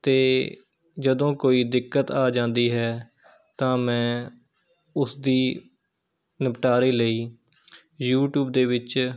ਅਤੇ ਜਦੋਂ ਕੋਈ ਦਿੱਕਤ ਆ ਜਾਂਦੀ ਹੈ ਤਾਂ ਮੈਂ ਉਸ ਦੀ ਨਿਪਟਾਰੇ ਲਈ ਯੂਟਿਊਬ ਦੇ ਵਿੱਚ